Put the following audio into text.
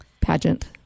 pageant